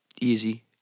easy